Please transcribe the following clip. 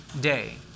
day